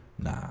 Nah